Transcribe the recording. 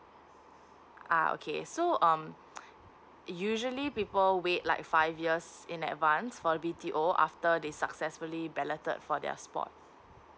ah okay so um usually people wait like five years in advance for B T O after they successfully balloted for their spot